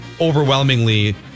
overwhelmingly